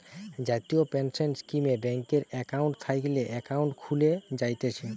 জাতীয় পেনসন স্কীমে ব্যাংকে একাউন্ট থাকলে একাউন্ট খুলে জায়তিছে